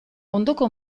ondoko